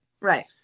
Right